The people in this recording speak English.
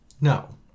Now